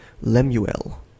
Lemuel